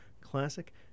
classic